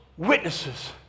Witnesses